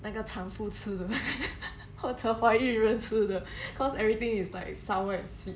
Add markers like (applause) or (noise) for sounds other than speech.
那个产妇吃的或者怀孕人吃的 (laughs) cause everything is like sour